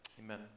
amen